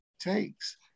takes